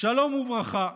"שלום וברכה,